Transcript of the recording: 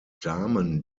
damen